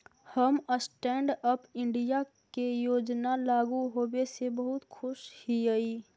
हम stand up India के योजना लागू होबे से बहुत खुश हिअई